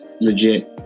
legit